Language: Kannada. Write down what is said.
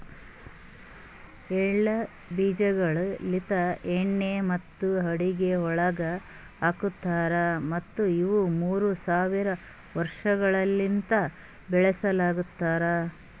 ಎಳ್ಳ ಬೀಜಗೊಳ್ ಲಿಂತ್ ಎಣ್ಣಿ ಮತ್ತ ಅಡುಗಿ ಒಳಗ್ ಹಾಕತಾರ್ ಮತ್ತ ಇವು ಮೂರ್ ಸಾವಿರ ವರ್ಷಗೊಳಲಿಂತ್ ಬೆಳುಸಲತಾರ್